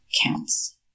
counts